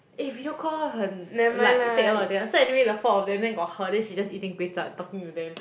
eh video call 很 like take a lot of data so anyway the four of them then got her then she just eating kway-chap and talking to them